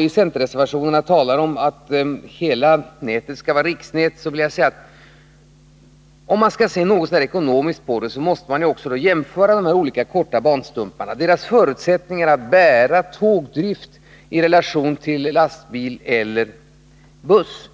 I centerreservationerna talar man om att hela järnvägsnätet skall vara riksnät. Men om man skall-se något så när ekonomiskt på saken, måste man också jämföra de olika, korta banstumparna och deras förutsättningar att bära tågtrafik i relation till lastbil eller buss.